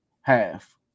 half